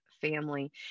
family